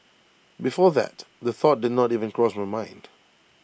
before that the thought did not even cross my mind